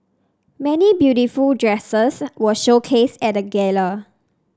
many beautiful dresses were showcased at gala